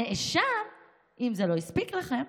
אם זה לא הספיק לכם,